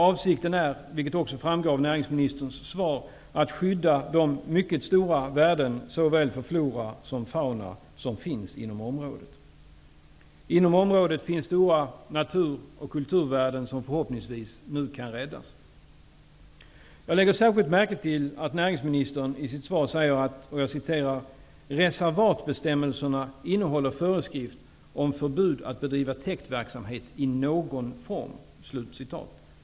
Avsikten är, vilket också framgår av näringsministerns svar, att skydda de mycket stora värden såväl för flora som för fauna som finns inom området. Inom området finns stora natur och kulturvärden som förhoppningsvis nu kan räddas. Jag lägger särskilt märke till att näringsministern säger i sitt svar: ''Reservatbestämmelserna innehåller föreskrift om förbud att bedriva täktverksamhet i någon form.''